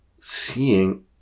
seeing